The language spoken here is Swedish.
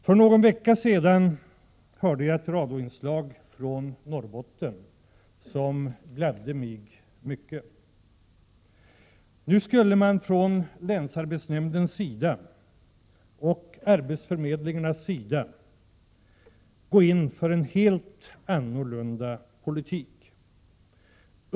För någon vecka sedan hörde jag ett radioinslag från Norrbotten, vilket gladde mig mycket. Nu skulle man från länsarbetsnämndens och arbetsförmedlingarnas sida gå in för en helt annorlunda politik.